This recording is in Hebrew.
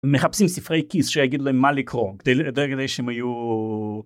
מחפשים ספרי כיס שיגידו להם מה לקרוא כדי שהם יהיו.